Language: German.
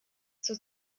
zur